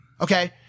Okay